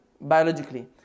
biologically